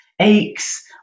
aches